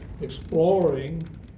Exploring